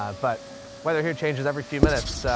um but weather here changes every few minutes. so,